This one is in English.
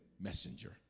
messenger